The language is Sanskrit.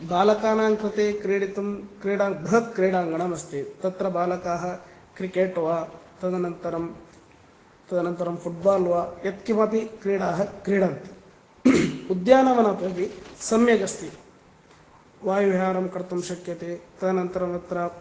बालकानां कृते क्रीडितुं क्रीडाङ् बृहत् क्रीडाङ्गणम् अस्ति तत्र बालका क्रिकेट् वा तदनन्तरं तदनन्तरं फूट् बाल् वा यत् किमपि क्रीडा क्रीडन्ति उद्यान वनं अपि सम्यगस्ति वायु विहारं कर्तुं शक्यते तदनन्तरम् अत्र